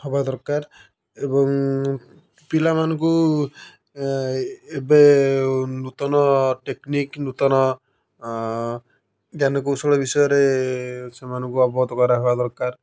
ହେବା ଦରକାର ଏବଂ ପିଲାମାନଙ୍କୁ ଏବେ ନୂତନ ଟେକନିକ୍ ନୂତନ ଜ୍ଞାନ କୌଶଳ ବିଷୟରେ ସେମାନଙ୍କୁ ଅବଗତ କରାହେବା ଦରକାର